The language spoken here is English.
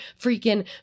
freaking